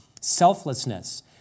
selflessness